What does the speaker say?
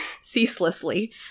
ceaselessly